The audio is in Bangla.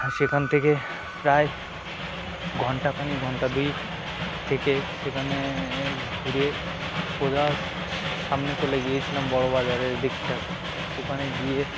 সেখান থেকে প্রায় ঘণ্টা খানি ঘণ্টা দুই থেকে সেখানে ঘুরে সোজা সামনে চলে গিয়েছিলাম বড়ো বাজারের দিকটাকে ওখানে গিয়ে